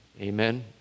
Amen